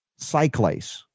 cyclase